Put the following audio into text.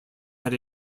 had